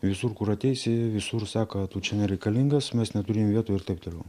visur kur ateisi visur sako tu čia nereikalingas mes neturim vietų ir taip toliau